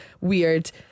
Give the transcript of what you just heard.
weird